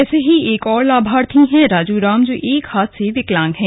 ऐसे ही एक और लाभार्थी हैं राजुराम जो एक हाथ से विकलांग हैं